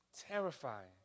terrifying